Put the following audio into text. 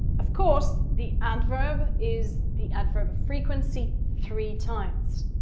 of course the adverb is the adverb frequency three times.